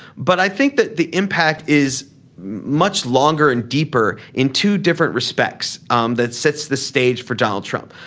but i think that the impact is much longer and deeper in two different respects. um that sets the stage for donald trump.